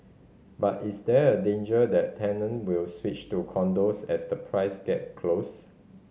but is there a danger that tenant will switch to condos as the price gap close